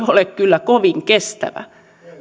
ole kyllä kovin kestävä